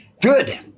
Good